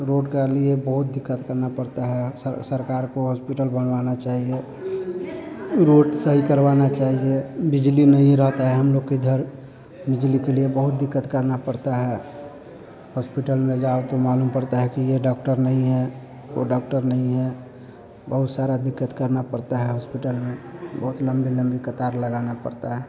road का लिए बहुत दिक़्क़त करना पड़ता है सर सरकार को होस्पिटल बनवाना चाहिए रोड सही करवाना चाहिए बिजली नहीं रहता हैं हम लोग के घर बिजली के लिए बहुत दिक़्क़त करना पड़ता है होस्पिटल में जाओ तो मालूम पड़ता है यह डॉक्टर नहीं है वो डॉक्टर नहीं है बहुत सारी दिक़्क़त करनी पड़ती है होस्पिटल में बहुत लम्बी लम्बी कतार लगाना पड़ता है